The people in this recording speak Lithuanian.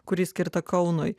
kuri skirta kaunui